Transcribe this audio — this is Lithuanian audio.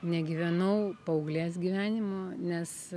negyvenau paauglės gyvenimo nes